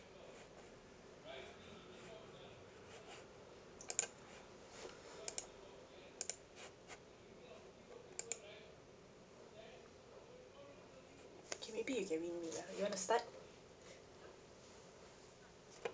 okay maybe you can you want to start